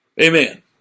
Amen